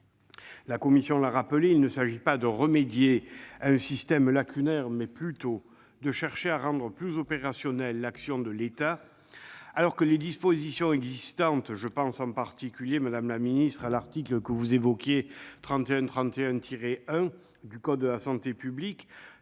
la commission l'a rappelé, l'objectif n'est pas de remédier à un système lacunaire. Il s'agit plutôt de chercher à rendre plus opérationnelle l'action de l'État, alors que les dispositions existantes- je pense en particulier, madame la secrétaire d'État, à l'article L. 3131-1 du code de la santé publique,